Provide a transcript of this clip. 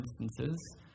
instances